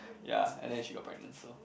ya and then she got pregnant so